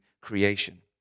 creation